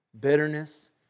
bitterness